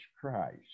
Christ